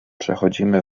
przechodzimy